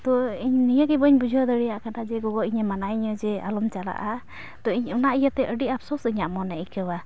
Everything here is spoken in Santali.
ᱛᱳ ᱤᱧ ᱱᱤᱭᱟᱹᱜᱤ ᱵᱟᱹᱧ ᱵᱩᱡᱷᱟᱹᱣ ᱫᱟᱲᱮᱭᱟᱜ ᱠᱟᱱᱟ ᱡᱮ ᱜᱚᱜᱚ ᱤᱧᱮ ᱢᱟᱱᱟᱭᱤᱧᱟᱹ ᱡᱮ ᱟᱞᱚᱢ ᱪᱟᱞᱟᱜᱼᱟ ᱛᱳ ᱤᱧ ᱚᱱᱟ ᱤᱭᱟᱹᱛᱮ ᱟᱹᱰᱤ ᱟᱯᱥᱳᱥ ᱤᱧᱟᱹᱜ ᱢᱚᱱᱮ ᱟᱹᱭᱠᱟᱹᱣᱟᱭ